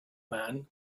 man